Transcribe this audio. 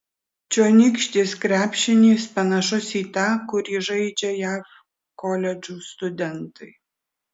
čionykštis krepšinis panašus į tą kurį žaidžia jav koledžų studentai